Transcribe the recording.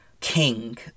king